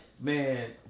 Man